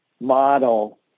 model